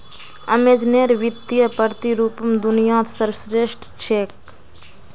अमेज़नेर वित्तीय प्रतिरूपण दुनियात सर्वश्रेष्ठ छेक